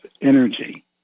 energy